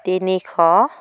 তিনিশ